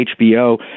HBO